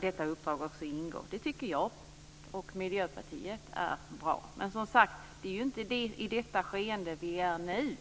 detta uppdrag ingår. Det tycker jag och Miljöpartiet vore bra. Men som sagt befinner vi oss inte i det skedet nu.